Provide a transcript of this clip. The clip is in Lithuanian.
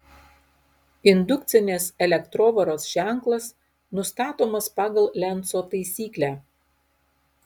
indukcinės elektrovaros ženklas nustatomas pagal lenco taisyklę